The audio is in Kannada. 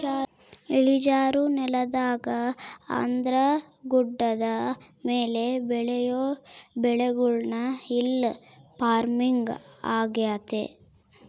ಇಳಿಜಾರು ನೆಲದಾಗ ಅಂದ್ರ ಗುಡ್ಡದ ಮೇಲೆ ಬೆಳಿಯೊ ಬೆಳೆಗುಳ್ನ ಹಿಲ್ ಪಾರ್ಮಿಂಗ್ ಆಗ್ಯತೆ